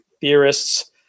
theorists